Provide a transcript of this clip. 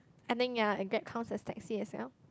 I think ya Grab counts as taxi as well